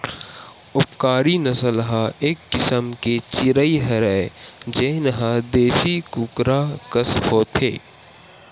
उपकारी नसल ह एक किसम के चिरई हरय जेन ह देसी कुकरा कस होथे